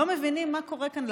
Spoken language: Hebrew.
לא מבינים מה קורה כאן,